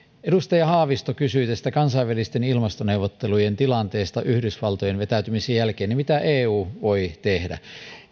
edustaja haavisto kysyi kansainvälisten ilmastoneuvottelujen tilanteesta yhdysvaltojen vetäytymisen jälkeen siitä mitä eu voi tehdä